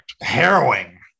harrowing